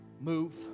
move